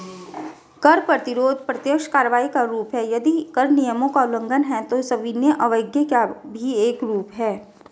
कर प्रतिरोध प्रत्यक्ष कार्रवाई का रूप है, यदि कर नियमों का उल्लंघन है, तो सविनय अवज्ञा का भी एक रूप है